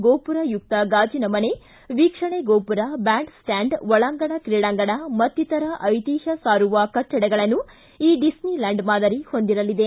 ಗೋಪುರಯುಕ್ತ ಗಾಜಿನ ಮನೆ ವೀಕ್ಷಣೆ ಗೋಪುರ ಬ್ಯಾಂಡ್ ಸ್ಟಾಂಡ್ ಒಳಾಂಗಣ ಕ್ರೀಡಾಂಗಣ ಮತ್ತಿತರ ಐತಿಹ್ಯ ಸಾರುವ ಕಟ್ಟಡಗಳನ್ನು ಈ ಡಿಸ್ನಿಲ್ಕಾಂಡ್ ಮಾದರಿ ಹೊಂದಿರಲಿದೆ